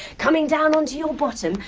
coming down onto your bottom.